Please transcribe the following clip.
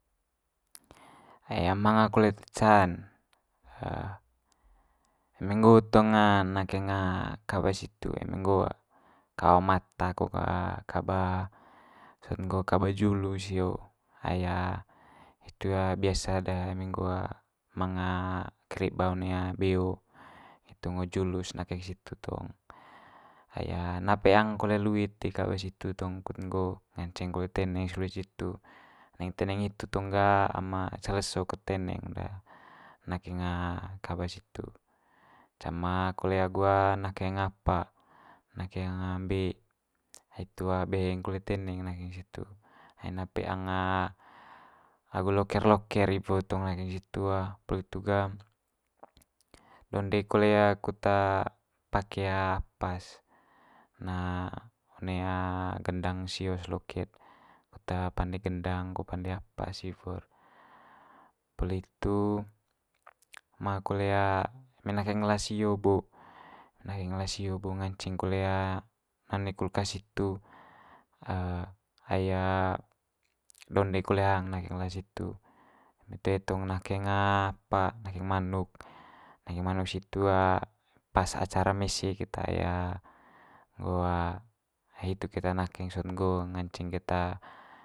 Ae manga kole te ca'n eme nggo tong nakeng kaba situ eme nggo kaba mata ko kaba kaba sot nggo kaba julu sio, ai hitu biasa'd de eme nggo manga kreba one beo hitu ngo julu's nakeng situ tong, ai na peang kole luit di kaba situ tong kut nggo nganceng kole teneng's luit situ. teneng hitu tong ga am ce leso ket teneng de nakeng kaba situ. Cama kole agu nakeng apa nakeng mbe hitu beheng kole teneng nakeng situ, ai na peang agu loke'r loke'r iwo tong nakeng situ poli itu ga donde kole kut pake apa's na one gendang sio's loke'd kut pande gendang ko pande apa's iwo. Poli itu manga kole nakeng ela sio bo, nakeng ela sio nganceng kole na'a one kulkas hitu ai donde kole hang nakeng ela situ. Eme toe tong nakeng apa nakeng manuk, nakeng manuk situ pas acara mese keta nggo hitu keta nakeng sot nggo nganceng keta.